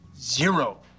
Zero